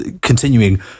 continuing